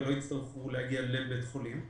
ולא יצטרכו להגיע לבית חולים.